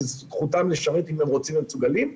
כי זכותם לשרת אם הם רוצים ומסוגלים,